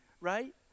right